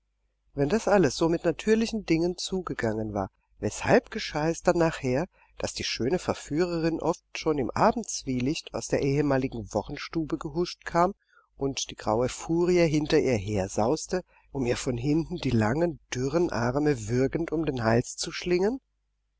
wenn das alles so mit natürlichen dingen zugegangen war weshalb geschah es denn nachher daß die schöne verführerin oft schon im abendzwielicht aus der ehemaligen wochenstube gehuscht kam und die graue furie hinter ihr hersauste um ihr von hinten die langen dürren arme würgend um den hals zu schlingen